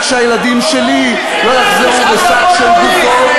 רק שהילדים שלי לא יחזרו בשק של גופות.